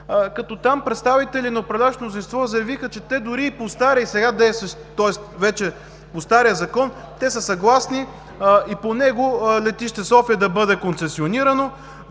като там представители на управляващото мнозинство заявиха, че те дори и по стария закон са съгласни и по него Летище София да бъде концесионирано.